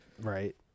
Right